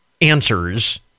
answers